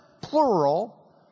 plural